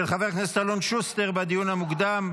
של חבר הכנסת אלון שוסטר, בדיון המוקדם.